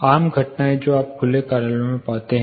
आम घटनाएं जो आप खुले कार्यालयों में पाते हैं